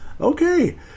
Okay